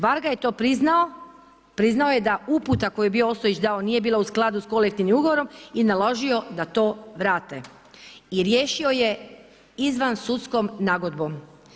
Varga je to priznao, priznao je da uputa koju je bio Ostojić dao nije bila u skladu sa kolektivnim ugovorom i naložio da to vrate i riješio je izvansudskom nagodbom.